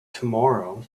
tomorrow